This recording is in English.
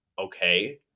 okay